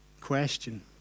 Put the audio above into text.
question